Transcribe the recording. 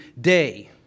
day